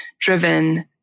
driven